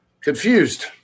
confused